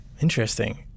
Interesting